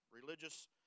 religious